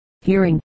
Hearing